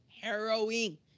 harrowing